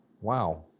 Wow